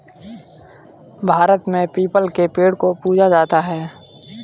भारत में पीपल के पेड़ को पूजा जाता है